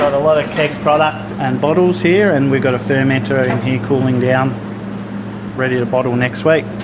a lot of keg product and bottles here and we've got a fermenter in here cooling down ready to bottle next week.